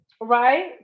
Right